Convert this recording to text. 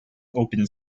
open